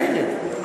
אחרת,